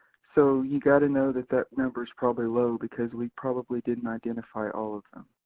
so you gotta know that that number is probably low because we probably didn't identify all of them.